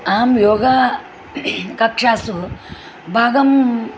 अहं योगकक्षासु भागं